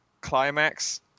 climax